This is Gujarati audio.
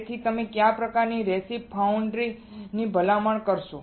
તેથી તમે કયા પ્રકારની રેસીપી ફાઉન્ડ્રી ની ભલામણ કરશો